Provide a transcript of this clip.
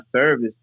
service